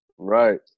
Right